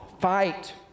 fight